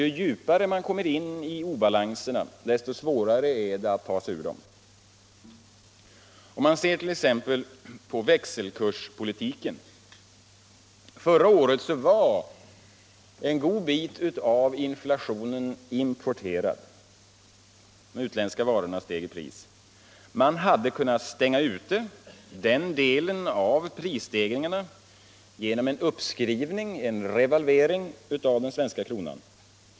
Ju djupare man kommit in i obalanserna, desto svårare är det att ta sig ur dem. Se t.ex. på växelkurspolitiken! Förra året var en väsentlig del av inflationen importerad. De utländska varorna steg i pris. Man hade kunnat stänga ute den delen av prisstegringarna genom en uppskrivning, en revalvering, av den svenska kronan.